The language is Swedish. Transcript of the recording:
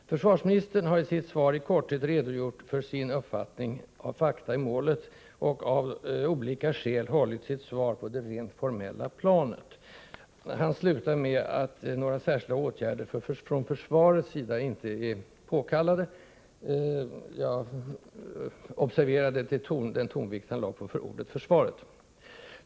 Försvarsministern har i sitt svar i korthet redogjort för sin uppfattning av fakta i målet och av olika skäl hållit sitt svar på det rent formella planet. Han slutar med att några särskilda åtgärder från försvarets sida inte är påkallade. Jag observerade den tonvikt han lade på ordet försvaret.